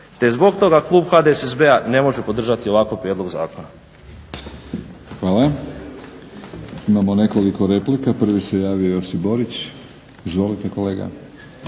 te zbog toga klub HDSSB-a ne može podržati ovakav prijedlog zakona. **Batinić, Milorad (HNS)** Hvala. Imamo nekoliko replika. Prvi se javio Josip Borić. Izvolite kolega.